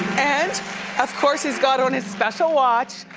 and of course he's got on his special watch.